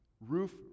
Roof